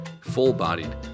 full-bodied